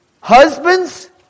Husbands